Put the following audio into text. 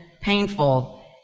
painful